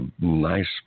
nice